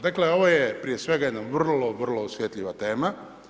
Dakle, ovo je prije svega jedna vrlo osjetljiva tema.